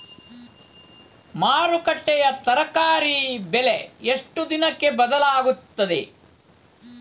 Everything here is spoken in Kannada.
ಮಾರುಕಟ್ಟೆಯ ತರಕಾರಿ ಬೆಲೆ ಎಷ್ಟು ದಿನಕ್ಕೆ ಬದಲಾಗುತ್ತದೆ?